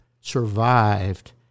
survived